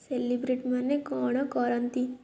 ସେଲିବ୍ରିଟିମାନେ କଣ କରନ୍ତି